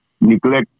neglect